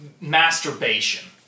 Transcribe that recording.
masturbation